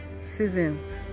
seasons